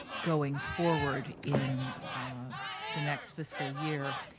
going forward in the next fiscal year.